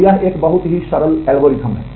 तो यह एक बहुत ही सरल एल्गोरिथ्म है